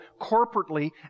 corporately